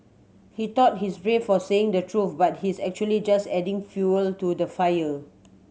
he thought he's brave for saying the truth but he's actually just adding fuel to the fire